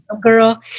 girl